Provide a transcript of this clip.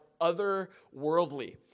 otherworldly